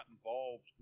involved